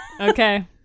Okay